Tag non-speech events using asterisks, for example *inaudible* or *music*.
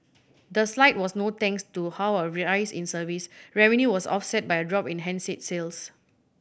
the slide was no thanks to how a *unintelligible* in service revenue was offset by a drop in handset sales